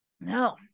no